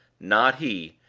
not he.